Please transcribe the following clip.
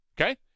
Okay